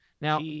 Now